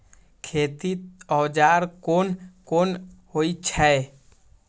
खेती औजार कोन कोन होई छै?